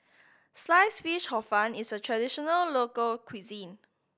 Sliced Fish Hor Fun is a traditional local cuisine